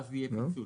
ואז נעשה פיצול.